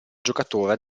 giocatore